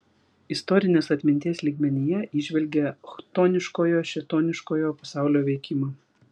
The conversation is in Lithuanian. istorinės atminties lygmenyje įžvelgė chtoniškojo šėtoniškojo pasaulio veikimą